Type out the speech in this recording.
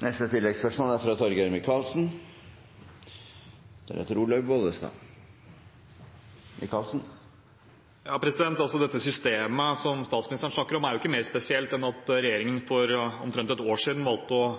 der. Torgeir Micaelsen – til oppfølgingsspørsmål. Dette systemet som statsministeren snakker om, er ikke mer spesielt enn at regjeringen for omtrent et år siden valgte å